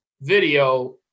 video